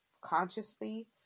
consciously